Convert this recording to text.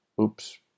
oops